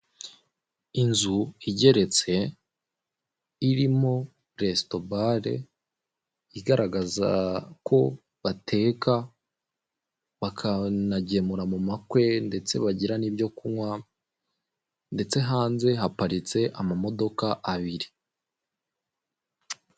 Inzu igeretse irimo resitobare igaragaza ko bateka, bakanagemura mu makwe ndetse bagira n'ibyo kunywa ndetse hanze haparitse amamodoka abiri.